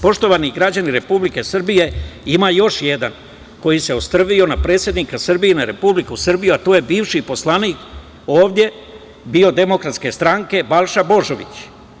Poštovani građani Republike Srbije, ima još jedan koji se ostrvio na predsednika Srbije i na Republiku Srbiju, a to je bivši poslanik DS, Balša Božović.